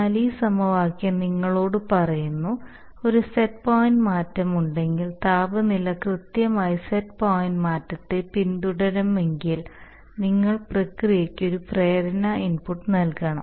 എന്നാൽ ഈ സമവാക്യം നിങ്ങളോട് പറയുന്നു ഒരു സെറ്റ് പോയിന്റ് മാറ്റമുണ്ടെങ്കിൽ താപനില കൃത്യമായി സെറ്റ് പോയിന്റ് മാറ്റത്തെ പിന്തുടരണമെങ്കിൽ നിങ്ങൾ പ്രക്രിയയ്ക്ക് ഒരു പ്രേരണ ഇൻപുട്ട് നൽകണം